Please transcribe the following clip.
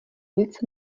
nic